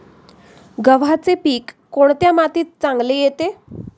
गव्हाचे पीक कोणत्या मातीत चांगले येते?